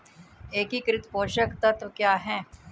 एकीकृत पोषक तत्व क्या है?